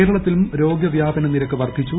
കേരളത്തിലും രോഗവ്യാപന്ന് സ് വർദ്ധിച്ചു